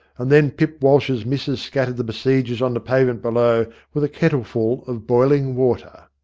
and then pip walsh's missis scattered the besiegers on the pavement below with a kettleful of boiling water.